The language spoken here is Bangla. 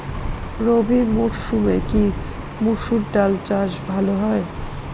রবি মরসুমে কি মসুর ডাল চাষ ভালো হয়?